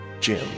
Jim